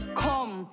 come